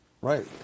Right